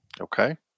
Okay